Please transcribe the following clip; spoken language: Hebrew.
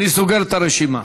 אני סוגר את הרשימה.